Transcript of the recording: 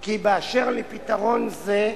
כי באשר לפתרון זה,